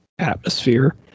atmosphere